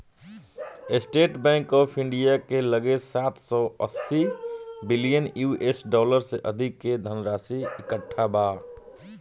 estate bank of India के लगे सात सौ अस्सी बिलियन यू.एस डॉलर से अधिक के धनराशि इकट्ठा बा